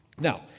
Now